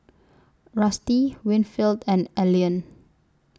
Rusty Winfield and Elian